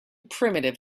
primitive